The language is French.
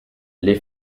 les